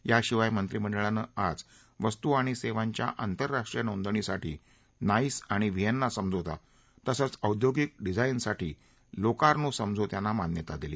याशिवाय मंत्रीमंडळानं आज वस्तू आणि सेवांच्या आंतरराष्ट्रीय नोंदणीसाठी नाईस आणि व्हिएन्ना समझोता तसंच औद्योगिक डिझाइनसाठी लोकार्नो समझोत्यांना मान्यता दिली